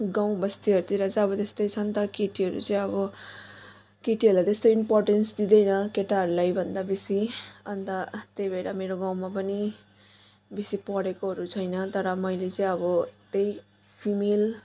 गाउँ बस्तीहरू तिर चाहिँ अब त्यस्तै छ नि त केटीहरू चाहिँ अब केटीहरूलाई त्यस्तो इम्पोर्टेन्स दिँदैन केटाहरूलाईभन्दा बेसी अनि त त्यही भएर मेरो गाउँमा पनि बेसी पढेकोहरू छैन तर मैले चाहिँ अब त्यही फिमेल